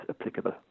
applicable